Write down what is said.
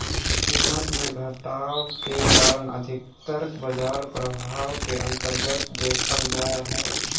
कीमत मे घटाव के कारण अधिकतर बाजार प्रभाव के अन्तर्गत देखल जा हय